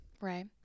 Right